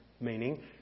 meaning